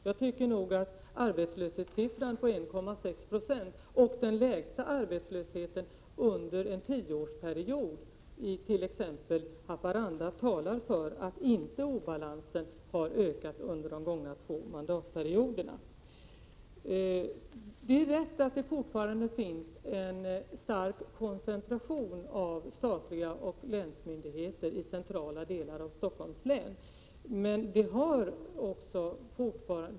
Jag tycker nog att arbetslöshetssiffran 1,6 96 och den lägsta arbetslösheten under en tioårsperiod i t.ex. Haparanda talar för att obalansen inte har ökat under de gångna två mandatperioderna. Det är riktigt att det fortfarande finns en stark koncentration av statliga myndigheter och länsmyndigheter i centrala delar av Stockholms län.